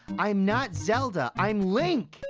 i'm not zelda, i'm link.